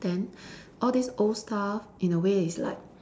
then all this old stuff in a way is like